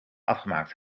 afgemaakt